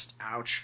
Ouch